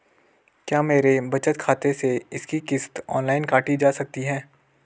क्या मेरे बचत खाते से इसकी किश्त ऑनलाइन काटी जा सकती है?